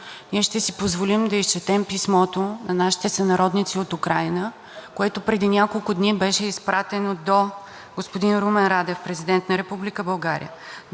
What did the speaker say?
господин Румен Радев – Президент на Република България, до господин Гълъб Донев – служебен министър-председател на Република България, до Народното събрание на Република България.